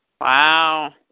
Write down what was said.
Wow